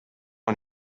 one